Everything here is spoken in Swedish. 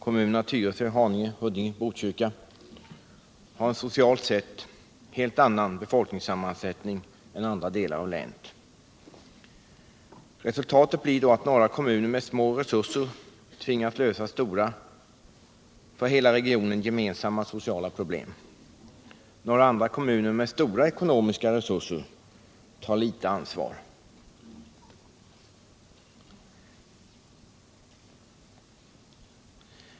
Kommunerna Tyresö, Haninge, Huddinge och Botkyrka har socialt sett helt annan befolkningssammansättning än andra delar av länet. Resultatet blir då att några kommuner med små resurser tvingas lösa stora, för hela regionen gemensamma, sociala problem. Några andra kommuner, med stora ekonomiska resurser, tar litet ansvar.